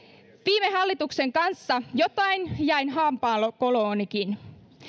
viime hallituksen kanssa jotain jäi hampaankoloonikin